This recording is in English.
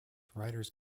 writers